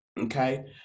okay